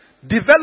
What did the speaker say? develop